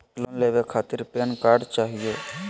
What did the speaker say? Loan लेवे खातीर PAN card चाहियो?